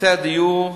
נושא הדיור אצלנו,